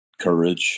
courage